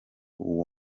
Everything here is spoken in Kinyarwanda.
uwo